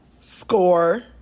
Score